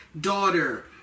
daughter